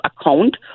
account